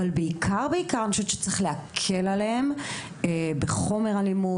אבל בעיקר אני חושבת שצריך להקל עליהם בחומר הלימוד